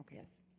yes.